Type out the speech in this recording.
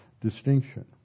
distinction